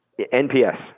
NPS